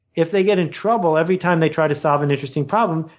if they get in trouble every time they try to solve an interesting problem,